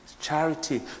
charity